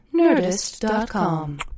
Nerdist.com